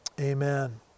Amen